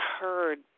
heard